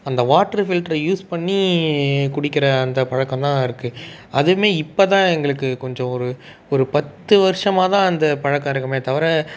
அந்த வாட்ரு ஃபில்ட்ரை யூஸ் பண்ணி குடிக்கின்ற அந்த பழக்கம் தான் இருக்குது அதுவுமே இப்போ தான் எங்களுக்கு கொஞ்சம் ஒரு ஒரு பத்து வருஷமா தான் அந்த பழக்கம் இருக்கும் தவிர